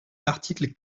l’article